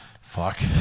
Fuck